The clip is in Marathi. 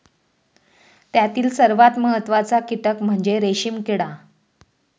त्यातील सर्वात महत्त्वाचा कीटक म्हणजे रेशीम किडा